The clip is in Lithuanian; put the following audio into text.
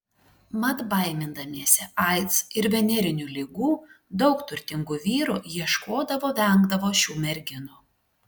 mat baimindamiesi aids ir venerinių ligų daug turtingų vyrų ieškodavo vengdavo šių merginų